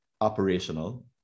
operational